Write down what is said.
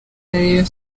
rayon